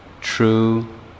true